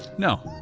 no,